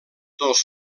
dos